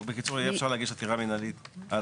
בקיצור, אפשר יהיה להגיש עתירה מנהלית על ההחלטה.